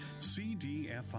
CDFI